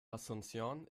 asunción